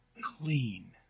clean